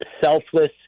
selfless